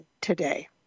today